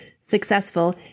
successful